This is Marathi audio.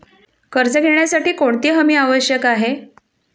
कर्ज घेण्यासाठी कोणती हमी आवश्यक आहे?